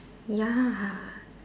ya